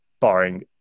barring